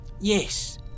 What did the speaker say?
Yes